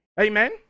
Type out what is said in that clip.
Amen